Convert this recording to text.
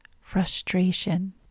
frustration